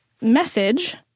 message